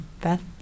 Beth